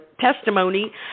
testimony